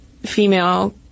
female